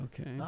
Okay